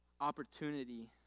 opportunity